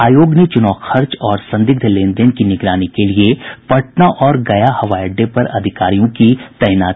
आयोग ने चुनाव खर्च और संदिग्ध लेनदेन की निगरानी के लिये पटना और गया हवाई अड्डे पर अधिकारियों की तैनाती की है